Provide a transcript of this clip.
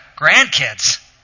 grandkids